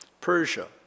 Persia